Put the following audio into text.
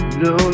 no